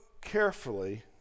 carefully